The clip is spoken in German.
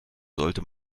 sollte